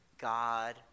God